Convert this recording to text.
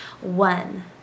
One